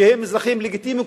שהם אזרחים לגיטימיים,